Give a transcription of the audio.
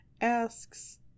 asks